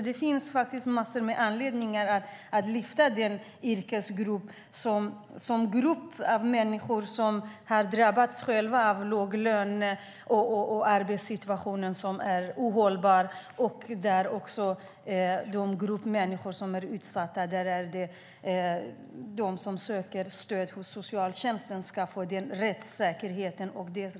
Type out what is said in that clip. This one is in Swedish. Det finns många anledningar att lyfta upp den yrkesgruppen som har drabbats av låga löner och en ohållbar arbetssituation. De människor som är utsatta och söker stöd hos socialtjänsten ska ha rättssäkerhet.